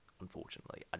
unfortunately